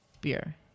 beer